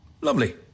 Lovely